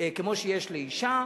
כמו שיש לאשה.